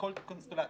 בכל קונסטלציה,